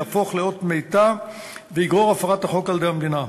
יהפוך לאות מתה ויגרור הפרת החוק על-ידי המדינה.